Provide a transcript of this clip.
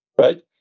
right